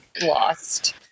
lost